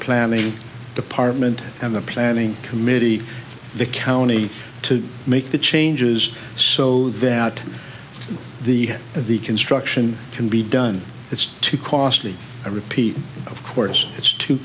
planning department and the planning committee the county to make the changes so that the the construction can be done it's too costly i repeat of course it's too